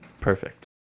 Perfect